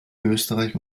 österreich